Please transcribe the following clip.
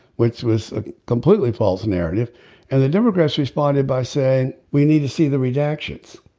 which was a completely false narrative and the democrats responded by saying we need to see the redactions.